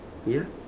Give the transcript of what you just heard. ya